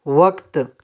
وقت